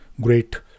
great